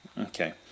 Okay